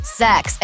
sex